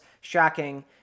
shocking